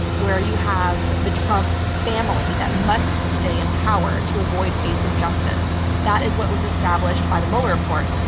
where you have the trump family that must stay in power to avoid facing justice that is what was established by the mueller report,